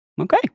Okay